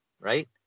right